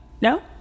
no